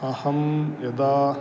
अहं यदा